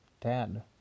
Dad